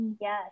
Yes